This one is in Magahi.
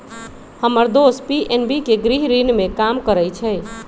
हम्मर दोस पी.एन.बी के गृह ऋण में काम करइ छई